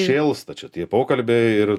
šėlsta čia tie pokalbiai ir